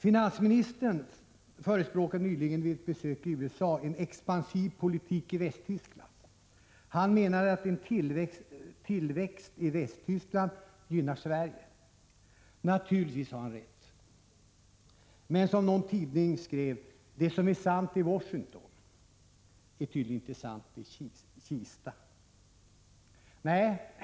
Finansministern förespråkade nyligen vid ett besök i USA en expansiv politik i Västtyskland. Han menade att en tillväxt i Västtyskland gynnar Sverige. Naturligtvis har han rätt. Men, som någon tidning skrev, det som är sant i Washington är tydligen inte sant i Kista.